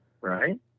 Right